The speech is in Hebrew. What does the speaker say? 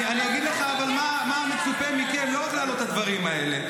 אני אגיד לך מה מצופה מכם: לא רק להעלות את הדברים האלה,